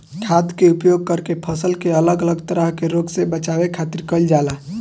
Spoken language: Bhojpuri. खाद्य के उपयोग करके फसल के अलग अलग तरह के रोग से बचावे खातिर कईल जाला